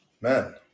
Man